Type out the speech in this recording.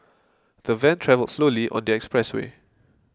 the van travelled slowly on the expressway